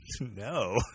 No